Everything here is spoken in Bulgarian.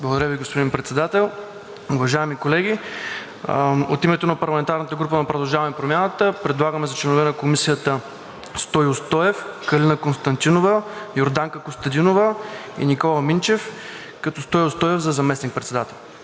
Благодаря Ви, господин Председател. Уважаеми колеги! От името на парламентарната група „Продължаваме Промяната“ предлагаме за членове на Комисията Стою Стоев, Калина Константинова, Йорданка Костадинова и Никола Минчев, като Стою Стоев – за заместник-председател.